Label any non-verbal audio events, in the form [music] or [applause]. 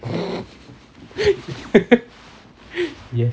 [laughs] yes